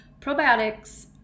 Probiotics